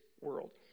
world